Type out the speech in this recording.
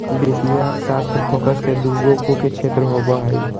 वित्तीय अर्थशास्त्र फोकस के दू गो मुख्य क्षेत्र होबो हइ